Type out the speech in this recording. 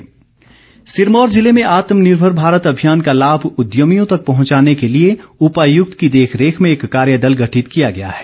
आत्मनिर्मर भारत सिरमौर जिले में आत्मनिर्भर भारत अभियान का लाभ उद्यमियों तक पहुंचाने के लिए उपायुक्त की देख रेख में एक कार्य दल गठित किया गया है